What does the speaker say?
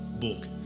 book